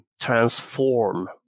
transform